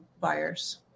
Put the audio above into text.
buyers